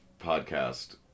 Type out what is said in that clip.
podcast